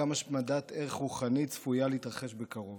גם השמדת ערך רוחני צפויה להתרחש בקרוב.